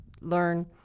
learn